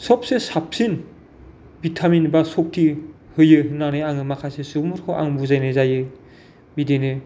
सबसे साबसिन भिटामिन बा शक्ति होयो होननानै आङो माखासे सुबुंफोरखौ आं बुजायनाय जायो बिदिनो